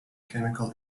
chemical